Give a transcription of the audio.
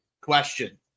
question